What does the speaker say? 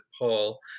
Paul